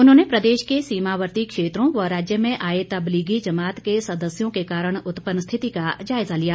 उन्होंने प्रदेश के सीमावर्ती क्षेत्रों व राज्य में आए तबलीगी जमात के सदस्यों के कारण उत्पन्न स्थिति का जायजा लिया